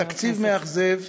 התקציב מאכזב,